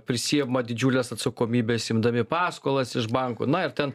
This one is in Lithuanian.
prisiima didžiules atsakomybės imdami paskolas iš bankų na ir ten